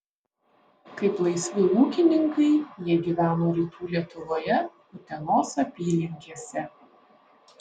kaip laisvi ūkininkai jie gyveno rytų lietuvoje utenos apylinkėse